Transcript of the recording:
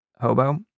hobo